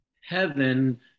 heaven